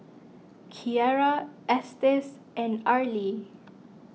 Kierra Estes and Arly